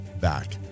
back